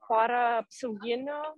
pora apsauginių